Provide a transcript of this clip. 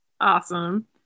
Awesome